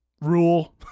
rule